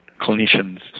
clinicians